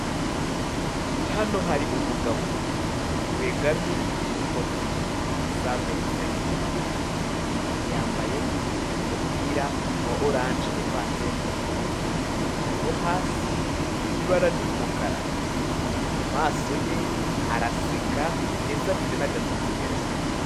Hano hari umugabo wegamye kuri moto ye sa veni senke yambaye umupira wa oranje uvanze n'umuhondo, naho hasi n'ibara ry'umukara mumaso ye araseka ndetse afite n'agasatsi gakeya.